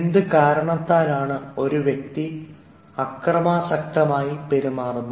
എന്തു കാരണത്താലാണ് ഒരു വ്യക്തി അക്രമാസക്തനായി പെരുമാറുന്നത്